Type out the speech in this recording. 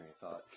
thought